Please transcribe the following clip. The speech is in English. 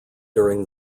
during